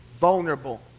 vulnerable